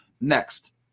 next